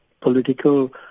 political